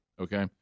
Okay